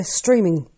streaming